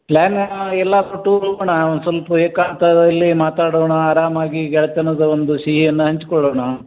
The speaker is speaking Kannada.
ಪ್ಲ್ಯಾನ್ ಏನು ಎಲ್ಲಾ ಟೂರ್ಗೆ ಹೋಗಣ ಒಂದು ಸ್ವಲ್ಪ ಏಕಾಂತದಲ್ಲಿ ಮಾತಾಡೋಣ ಅರಾಮಾಗಿ ಗೆಳೆತನದ ಒಂದು ಸಿಹಿಯನ್ನ ಹಂಚ್ಕೊಳೋಣ